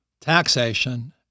taxation